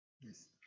yes